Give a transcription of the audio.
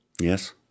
Yes